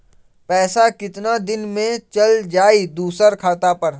पैसा कितना दिन में चल जाई दुसर खाता पर?